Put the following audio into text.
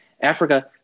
Africa